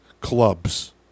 clubs